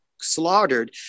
slaughtered